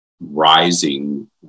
rising